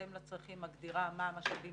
ובהתאם לצרכים מגדירה מה המשאבים